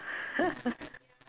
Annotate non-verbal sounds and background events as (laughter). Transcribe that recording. (laughs)